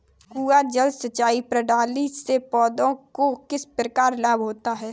कुआँ जल सिंचाई प्रणाली से पौधों को किस प्रकार लाभ होता है?